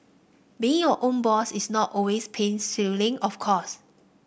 being your own boss is not always pain of course